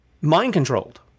mind-controlled